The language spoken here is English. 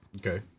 Okay